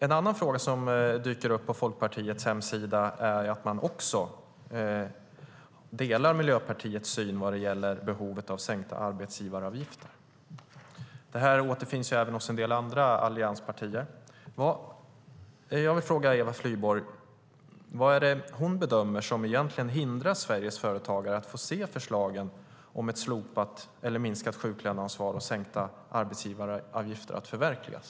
En annan fråga som dyker upp på Folkpartiets hemsida är att man också delar Miljöpartiets syn vad gäller behovet av sänkta arbetsgivaravgifter. Detta återfinns även hos en del andra allianspartier. Jag vill fråga Eva Flyborg vad hon bedömer att det egentligen är som hindrar att Sveriges företagare ska få se förslagen om ett slopat eller minskat sjuklöneansvar och sänkta arbetsgivaravgifter förverkligas.